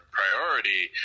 priority